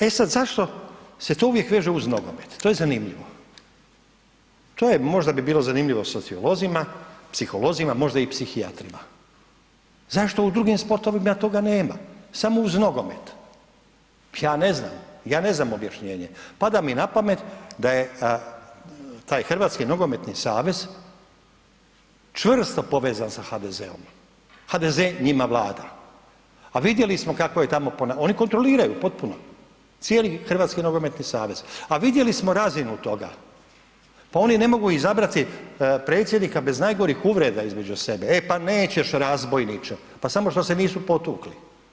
E sad zašto se to uvijek veže uz nogomet, to je zanimljivo, to je, možda bi bilo zanimljivo sociolozima, psiholozima, možda i psihijatrima, zašto u drugim sportovima toga nema, samo uz nogomet, ja ne znam, ja ne znam objašnjenje, pada mi na pamet da je taj HNS čvrsto povezan sa HDZ-om, HDZ njima vlada, a vidjeli smo kakvo je tamo ponašanje, oni kontroliraju potpuno cijeli HNS, a vidjeli smo razinu toga, pa oni ne mogu izabrati predsjednika bez najgorih uvreda između sebe, e pa nećeš razbojniče, pa samo što se nisu potukli.